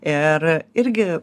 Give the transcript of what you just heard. ir irgi